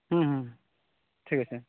ᱴᱷᱤᱠ ᱟᱪᱷᱮ